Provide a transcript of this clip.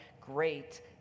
Great